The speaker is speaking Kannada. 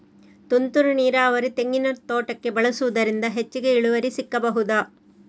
ತುಂತುರು ನೀರಾವರಿ ತೆಂಗಿನ ತೋಟಕ್ಕೆ ಬಳಸುವುದರಿಂದ ಹೆಚ್ಚಿಗೆ ಇಳುವರಿ ಸಿಕ್ಕಬಹುದ?